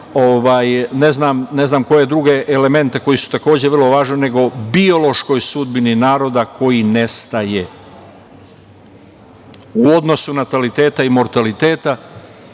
ne znam koje druge elemente koji su takođe vrlo važni nego biološkoj sudbini naroda koji nestaje u odnosu nataliteta i mortaliteta